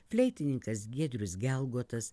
fleitininkas giedrius gelgotas